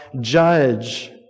judge